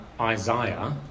Isaiah